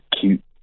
cute